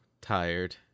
tired